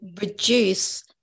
reduce